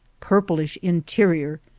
purplish interior,